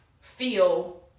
feel